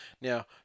now